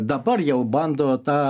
dabar jau bando tą